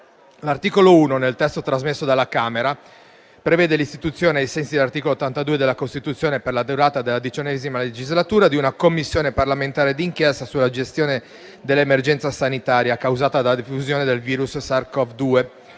L'articolo 1, nel testo trasmesso dalla Camera, prevede l'istituzione, ai sensi dell'articolo 82 della Costituzione, per la durata della XIX legislatura, di una Commissione parlamentare d'inchiesta sulla gestione dell'emergenza sanitaria causata dalla diffusione del virus SARS-CoV-2,